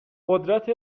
قدرت